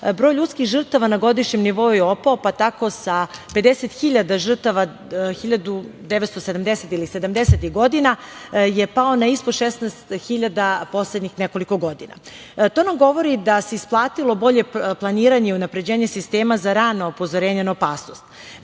Broj ljudskih žrtava na godišnjem nivou je opao, pa tako sa 50.000 žrtava sedamdesetih godina je pao na ispod 16.000 poslednjih nekoliko godina. To nam govori da se isplatilo bolje planiranje i unapređenje sistema za rano upozorenje na opasnost. Kao